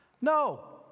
No